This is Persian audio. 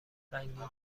رنگین